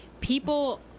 people